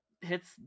hits